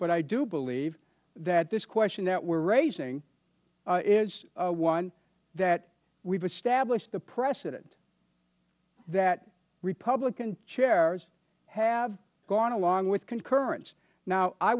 but i do believe that this question that we are raising is one that we have established the precedent that republican chairs have gone along with concurrence now i